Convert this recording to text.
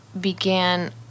began